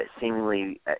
seemingly